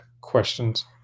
questions